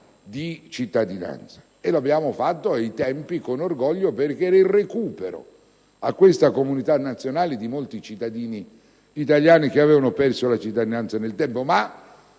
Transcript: cittadinanza. È stata fatta in passato, con orgoglio, perché era il recupero a questa comunità nazionale di molti cittadini italiani che avevano perso la cittadinanza nel tempo. Ma